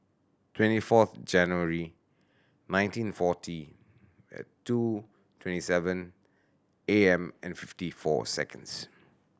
twenty fourth January nineteen forty and two twenty seven A M and fifty four seconds